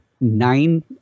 nine